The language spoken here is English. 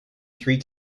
three